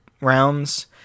rounds